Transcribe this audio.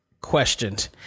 questioned